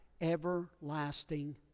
everlasting